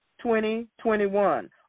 2021